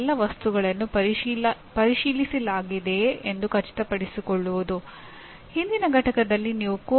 ಸೂಚನಾ ಉದ್ದೇಶಗಳನ್ನು ಸಾಧಿಸಬಹುದೆಂದು ಖಚಿತಪಡಿಸಿಕೊಳ್ಳಲು ಅಗತ್ಯವಿರುವ ಯಾವ ರೀತಿಯ ಸಂಪನ್ಮೂಲಗಳನ್ನು ನೀವು ಹೊಂದಿದ್ದೀರಿ ಎಂಬುದರ ಸಂದರ್ಭವನ್ನೂ ಇದು ಅವಲಂಬಿಸಿರುತ್ತದೆ